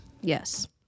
Yes